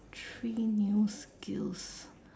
three new skills